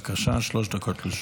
בבקשה, שלוש דקות לרשותך.